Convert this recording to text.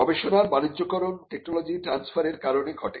গবেষণার বাণিজ্যকরণ টেকনোলজি ট্রান্সফারের কারণে ঘটে